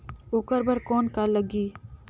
ओकर बर कौन का लगी?